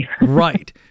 right